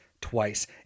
twice